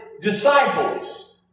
disciples